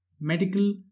Medical